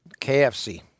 KFC